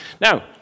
Now